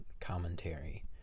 commentary